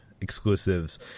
exclusives